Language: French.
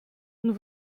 nous